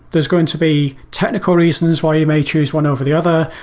there's going to be technical reasons why you may choose one over the other.